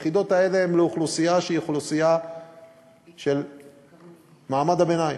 היחידות האלה הן לאוכלוסייה שהיא אוכלוסייה של מעמד הביניים.